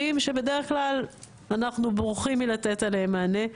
שבדרך כלל אנחנו בורחים מלתת עליהם מענה,